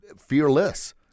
fearless